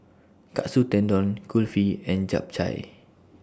Katsu Tendon Kulfi and Japchae